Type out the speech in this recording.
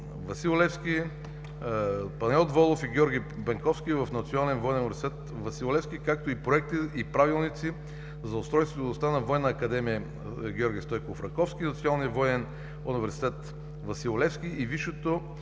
„Васил Левски“, „Панайот Волов“ и „Георги Бенковски“ в Национален военен университет „Васил Левски“, както и проекти и правилници за устройството и дейността на Военна академия „Георги Стойков Раковски“, Националния военен университет „Васил Левски“ и Висшето